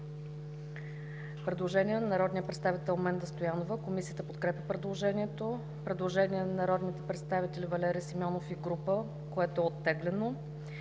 Предложение на народния представител Менда Стоянова. Комисията подкрепя предложението. Предложение на народния представител Валери Симеонов и група народни